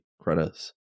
credits